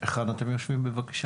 היכן אתם יושבים בבקשה?